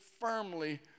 firmly